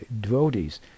devotees